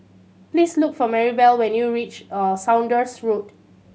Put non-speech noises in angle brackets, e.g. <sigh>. please look for Maribel when you reach <unintelligible> Saunders Road